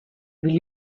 will